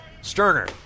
Sterner